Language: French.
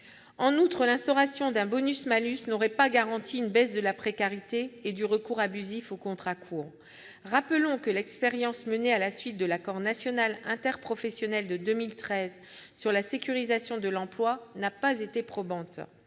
En outre, l'instauration d'un bonus-malus n'aurait pas garanti une baisse de la précarité et du recours abusif aux contrats courts. Rappelons que l'expérience menée à la suite de l'accord national interprofessionnel de 2013 sur la sécurisation de l'emploi n'a pas été probante.